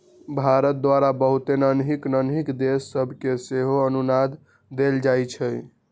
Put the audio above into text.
भारत द्वारा बहुते नन्हकि नन्हकि देश सभके सेहो अनुदान देल जाइ छइ